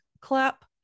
clap